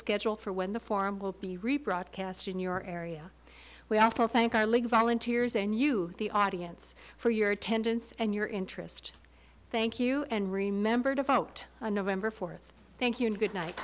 schedule for when the form will be rebroadcast in your area we also thank our league volunteers and you the audience for your attendance and your interest thank you and remember to vote on november fourth thank you and good night